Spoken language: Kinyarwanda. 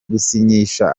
gusinyisha